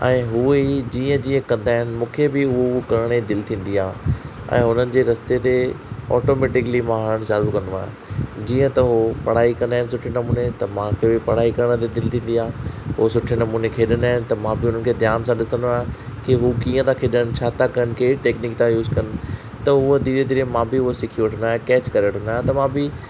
ऐं हूअ ई जीअं जीअं कंदा आहिनि मूंखे बि हू करण जी दिलि थींदी आहे ऐं हुननि जे रस्ते ते ऑटोमेटिकली मां हलणु चालू कंदो आहियां जीअं त उहो पढ़ाई कंदा आहिनि सुठे नमूने त मूंखे बि पढ़ाई करण जी दिलि थींदी आहे उहो सुठे नमूने खेॾंदा आहिनि त मां बि हुननि खे ध्यान सां ॾिसंदो आहियां की हू कीअं त खेॾनि छा था कनि कहिड़ी टेक्निक था यूज़ कनि त उहा धीरे धीरे मां बि उहा सिखी वठंदो आहियां केच करे वठंदो आहियां